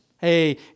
Hey